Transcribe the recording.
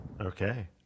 Okay